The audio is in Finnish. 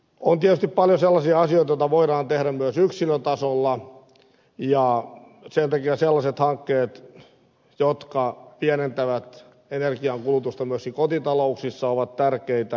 on tietysti paljon sellaisia asioita joita voidaan tehdä myös yksilötasolla ja sen takia sellaiset hankkeet jotka pienentävät energiankulutusta myöskin kotitalouksissa ovat tärkeitä